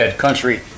Country